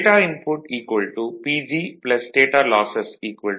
stator input PG stator losses 16